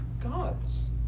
God's